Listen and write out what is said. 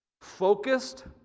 focused